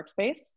workspace